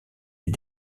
est